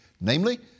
namely